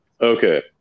Okay